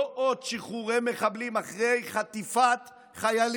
לא עוד שחרורי מחבלים אחרי חטיפת חיילים.